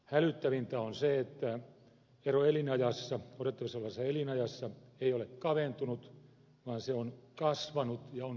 hälyttävintä on se että ero odotettavissa olevassa elinajassa ei ole kaventunut vaan se on kasvanut ja on kasvussa edelleen